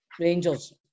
Rangers